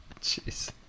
Jeez